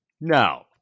No